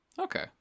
Okay